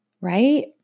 right